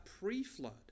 pre-flood